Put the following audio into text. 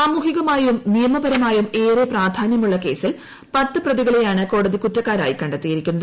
സാമൂഹികമായും നിയമപരമായും ഏറെ പ്രാധാന്യമുള്ള കേസിൽ പത്ത് പ്രതികളെയാണ് കോടതി കൂറ്റ്ക്കാരായി കണ്ടെത്തിയിരിക്കുന്നത്